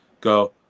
go